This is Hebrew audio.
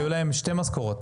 היו להם שתי משכורות.